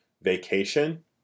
vacation